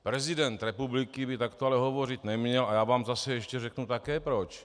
Prezident republiky by takto ale hovořit neměl a já vám zase ještě řeknu také proč.